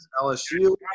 LSU